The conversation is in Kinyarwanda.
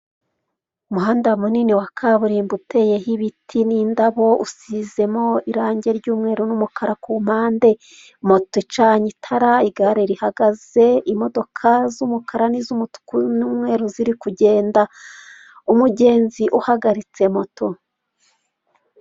Umuhanda munini wa kaburimbo uteyeho ibiti n'indabo, usizemo irangi ry'umweru n'umukara ku mpande, moto icanye itara, igare rihagaze, imodoka z'umukara n'iz'umutuku n'umweru ziri kugenda, umugenzi uhagaritse moto.